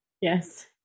Yes